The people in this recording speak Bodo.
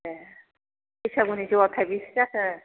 ए बैसागुनि जौआ थाइबेसे जाखो